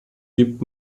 gibt